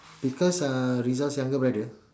because uh rizal's younger brother